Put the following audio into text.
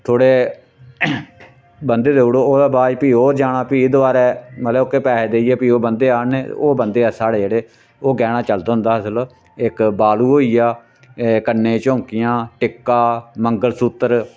थोह्डे बन्धे देई ओड़ो ओह्दे बाद फ्ही होर जाना फ्ही दबारा मतलब ओह्के पैहे देइयै पी होर बन्धे आह्नने ओह् बन्धे ओह् साढ़े जेह्ड़े ओह् गैह्ना चलदा होंदा हा इसल इक बालू होई गेआ कन्नै झुमकियां टिक्का मगंलसूत्र